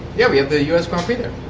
yeah, they have the us grand prix there.